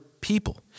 people